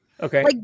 Okay